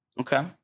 okay